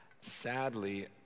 sadly